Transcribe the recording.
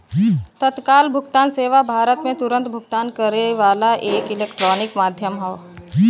तत्काल भुगतान सेवा भारत में तुरन्त भुगतान करे वाला एक इलेक्ट्रॉनिक माध्यम हौ